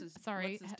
sorry